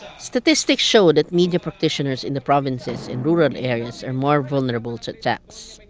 statistics show that media practitioners in the provinces and rural areas are more vulnerable to attacks.